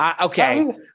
Okay